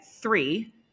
three